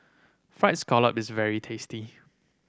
Fried Scallop is very tasty